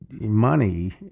money